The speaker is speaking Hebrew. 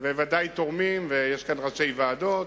וודאי שהם תורמים, ויש כאן ראשי ועדות,